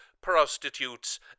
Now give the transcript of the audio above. prostitutes